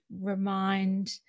remind